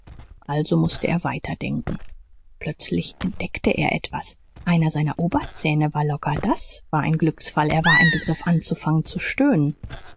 also mußte er weiter denken plötzlich entdeckte er etwas einer seiner oberzähne war locker das war ein glücksfall er war im begriff anzufangen zu stöhnen